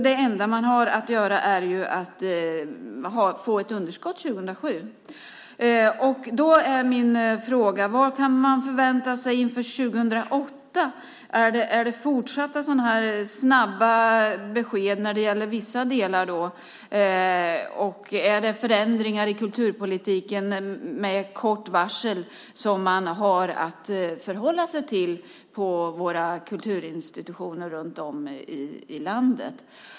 Det enda man har att göra är att få ett underskott 2007. Då är min fråga: Vad kan man förvänta sig inför 2008? Är det fortsatta snabba besked när det gäller vissa delar? Är det förändringar i kulturpolitiken med kort varsel som man har att förhålla sig till på våra kulturinstitutioner runt om i landet?